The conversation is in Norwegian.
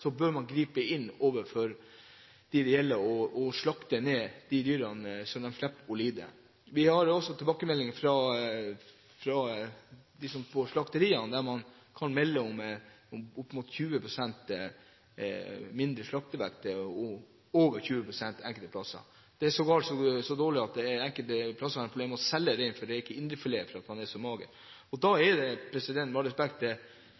bør man gripe inn overfor dem det gjelder, og slakte dyrene så de slipper å lide. Vi har også fått tilbakemeldinger fra slakteriene, som kan melde om opp imot 20 pst. lavere slaktevekt, og over 20 pst. enkelte steder – det er sågar så dårlig at på enkelte steder har man problemer med å selge rein. Det er ikke indrefilet fordi den er så mager. Da mener jeg – med all respekt